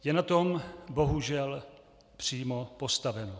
Je na tom bohužel přímo postaveno.